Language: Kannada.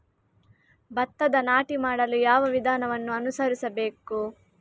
ಭತ್ತದ ನಾಟಿ ಮಾಡಲು ಯಾವ ವಿಧಾನವನ್ನು ಅನುಸರಿಸಬೇಕು?